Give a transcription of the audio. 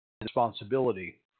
responsibility